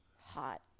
hot